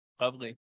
Lovely